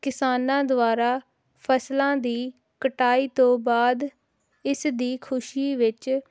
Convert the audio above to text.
ਕਿਸਾਨਾਂ ਦੁਆਰਾ ਫ਼ਸਲਾਂ ਦੀ ਕਟਾਈ ਤੋਂ ਬਾਅਦ ਇਸ ਦੀ ਖੁਸ਼ੀ ਵਿੱਚ